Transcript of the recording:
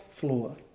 floor